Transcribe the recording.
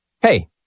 Hey